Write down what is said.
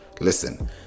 listen